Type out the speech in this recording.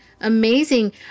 amazing